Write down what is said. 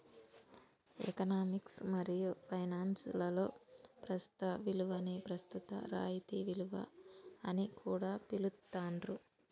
economics మరియు finance లలో ప్రస్తుత విలువని ప్రస్తుత రాయితీ విలువ అని కూడా పిలుత్తాండ్రు